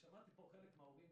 שמעתי כאן חלק מן ההורים